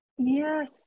Yes